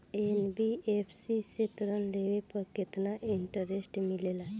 NBFC से ऋण लेने पर केतना इंटरेस्ट मिलेला?